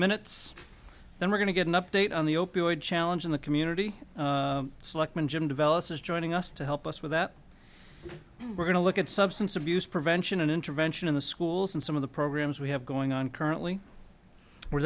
minutes then we're going to get an update on the opioid challenge in the community selectman jim developes is joining us to help us with that we're going to look at substance abuse prevention and intervention in the schools and some of the programs we have going on currently we're